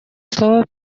слово